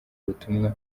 ubutumwa